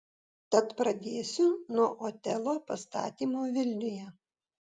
tad pradėsiu nuo otelo pastatymo vilniuje